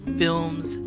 films